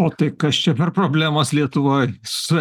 o tai kas čia per problemos lietuvoj su